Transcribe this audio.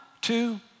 two